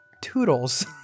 toodles